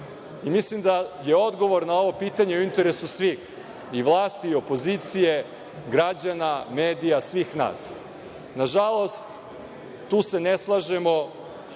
Mislim da je odgovor na ovo pitanje u interesu svih, i vlasti i opozicije, građana, medija, svih nas. Nažalost, tu se ne slažemo.